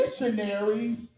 missionaries